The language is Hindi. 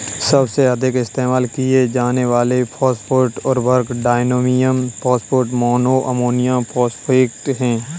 सबसे अधिक इस्तेमाल किए जाने वाले फॉस्फेट उर्वरक diammonium phosphate, mono ammonium phosphate हैं